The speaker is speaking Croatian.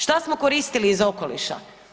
Šta smo koristili iz okoliša?